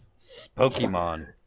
Pokemon